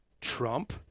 Trump